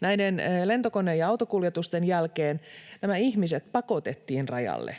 Näiden lentokone‑ ja autokuljetusten jälkeen nämä ihmiset pakotettiin rajalle.